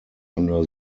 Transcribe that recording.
under